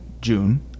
June –